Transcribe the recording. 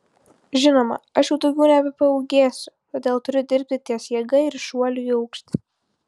žinoma aš jau daugiau nebepaūgėsiu todėl turiu dirbti ties jėga ir šuoliu į aukštį